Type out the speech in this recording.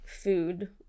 food